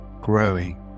growing